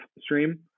stream